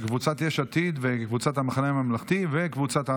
של קבוצת יש עתיד וקבוצת המחנה הממלכתי וקבוצת העבודה.